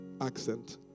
accent